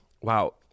Wow